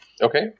Okay